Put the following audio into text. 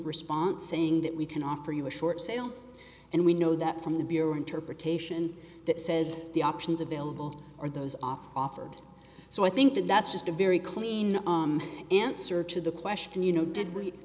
response saying that we can offer you a short sale and we know that from the bureau interpretation that says the options available are those off offered so i think that that's just a very clean answer to the question you know did w